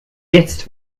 jetzt